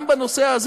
גם בנושא הזה.